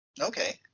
Okay